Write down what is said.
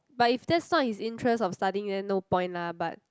but if that's not his interest of studying then no point lah but